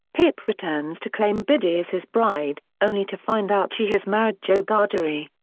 pip returns to claim biddy as his bride, only to find out she has married joe gargery.